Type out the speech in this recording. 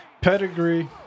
Pedigree